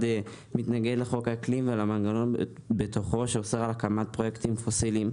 מתנגד לו ולמנגנון בתוכו שאוסר על הקמת פרויקטים פוסיליים,